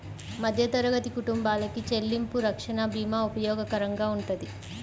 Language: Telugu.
మధ్యతరగతి కుటుంబాలకి చెల్లింపు రక్షణ భీమా ఉపయోగకరంగా వుంటది